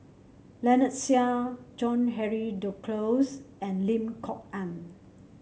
Lynnette Seah John Henry Duclos and Lim Kok Ann